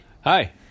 Hi